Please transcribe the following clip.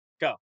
Go